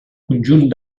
conjunt